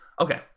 Okay